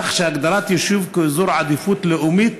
כך שהגדרת יישוב כאזור עדיפות לאומית